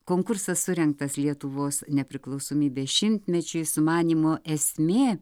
konkursas surengtas lietuvos nepriklausomybės šimtmečiui sumanymo esmė